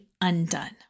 undone